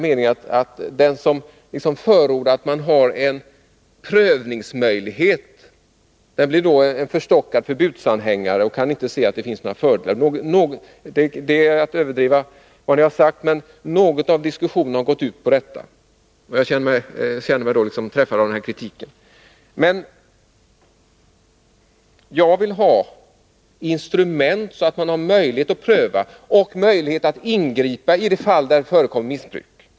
Den som förordar en prövningsmöjlighet är inte en förstockad förbuds Nr 91 anhängare som inte kan se att det finns fördelar. Men jag vill ha instrument som gör att man har möjlighet att pröva och att ingripa i de fall där det förekommer missbruk.